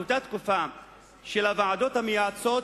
באותה תקופה של הוועדות המייעצות,